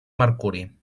mercuri